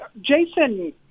Jason